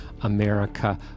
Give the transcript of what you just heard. America